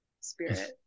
spirit